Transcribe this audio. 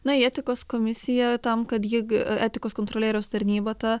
na į etikos komisiją tam kad ji g etikos kontrolieriaus tarnyba ta